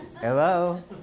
hello